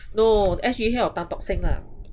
no S_G_H or tan tok seng lah